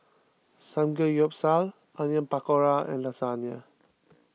Samgeyopsal Onion Pakora and Lasagne